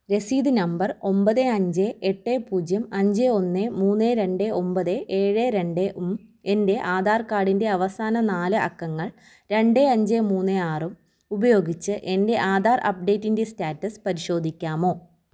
രസീത് നമ്പർ ഒമ്പത് അഞ്ച് എട്ട് പൂജ്യം അഞ്ച് ഒന്ന് മൂന്ന് രണ്ട് ഒമ്പത് ഏഴ് രണ്ടും എൻ്റെ ആധാർ കാർഡിൻ്റെ അവസാന നാല് അക്കങ്ങൾ രണ്ട് അഞ്ച് മൂന്ന് ആറും ഉപയോഗിച്ച് എൻ്റെ ആധാർ അപ്ഡേറ്റിൻ്റെ സ്റ്റാറ്റസ് പരിശോധിക്കാമോ